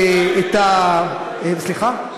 סליחה?